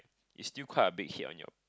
it's still quite still a bit hit on your